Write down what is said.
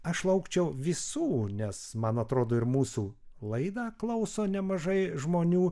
aš laukčiau visų nes man atrodo ir mūsų laidą klauso nemažai žmonių